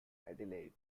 adelaide